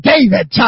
David